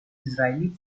israeli